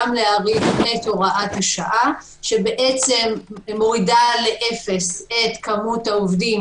גם להאריך את הוראת השעה שמורידה לאפס את כמות העובדים